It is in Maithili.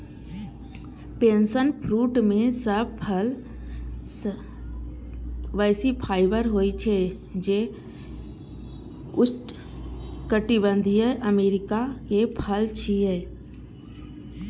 पैशन फ्रूट मे सब फल सं बेसी फाइबर होइ छै, जे उष्णकटिबंधीय अमेरिका के फल छियै